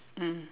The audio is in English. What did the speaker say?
mm